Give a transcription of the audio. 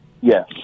Yes